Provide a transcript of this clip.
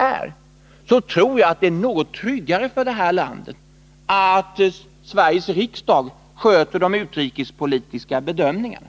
är, så tror jag det är något tryggare för det här landet att Sveriges riksdag sköter de utrikespolitiska bedömningarna